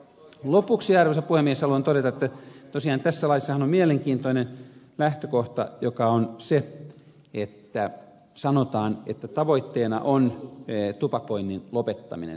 lopuksi arvoisa puhemies haluan todeta että tosiaan tässä laissahan on mielenkiintoinen lähtökohta joka on se että sanotaan että tavoitteena on tupakoinnin lopettaminen